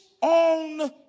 On